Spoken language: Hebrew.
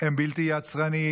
הם בלתי יצרנים,